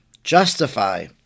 justify